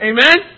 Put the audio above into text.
Amen